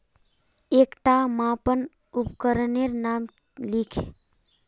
एकटा मापन उपकरनेर नाम लिख?